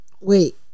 Wait